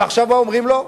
ועכשיו מה אומרים לו?